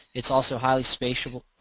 it's also how spatial,